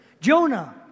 Jonah